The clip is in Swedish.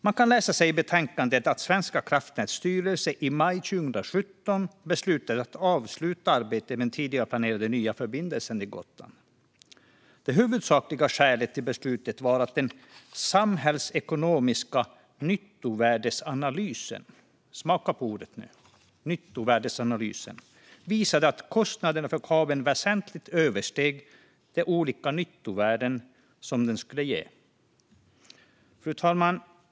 I betänkandet kan man läsa att Svenska kraftnäts styrelse i maj 2017 beslutade att avsluta arbetet med den tidigare planerade nya förbindelsen till Gotland. Det huvudsakliga skälet till beslutet var att den samhällsekonomiska nyttovärdesanalysen - smaka på ordet: "nyttovärdesanalys" - visade att kostnaderna för kabeln väsentligt översteg de olika nyttovärden som den skulle ge. Fru talman!